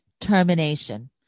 termination